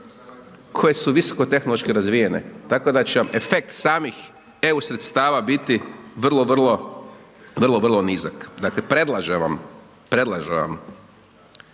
koje su visoko tehnološko razvijene, tako da će vam efekt samih EU sredstava biti vrlo, vrlo, vrlo, vrlo nizak. Dakle, predlažem vam, predlažem vam